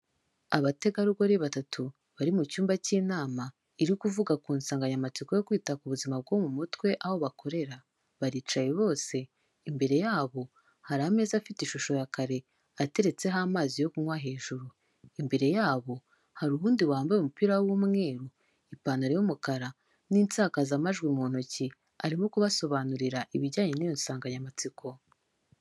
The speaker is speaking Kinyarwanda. Abategarugori batatu, bari mu cyumba cy'inama, iri kuvuga ku nsanganyamatsiko yo kwita ku buzima bwo mu mutwe, aho bakorera. Baricaye bose. Imbere yabo hari ameza afite ishusho ya kare, ateretseho amazi yo kunywa hejuru. Imbere yabo, hari uwundi wambaye umupira w'umweru, ipantaro y'umukara n'insakazamajwi mu ntoki, arimo kubasobanurira ibijyanye n'iyo nsanganyamatsiko.